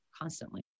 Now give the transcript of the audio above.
constantly